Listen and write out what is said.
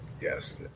Yes